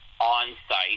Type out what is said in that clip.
on-site